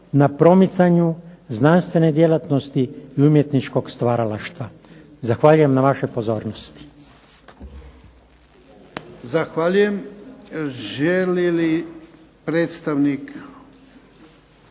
na promicanju znanstvene djelatnosti, i umjetničkog stvaralaštva. Zahvaljujem na vašoj pozornosti. **Jarnjak, Ivan (HDZ)** Zahvaljujem. Želi li predstavnik